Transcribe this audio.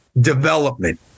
development